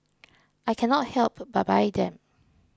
I cannot help but buy them